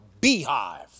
beehive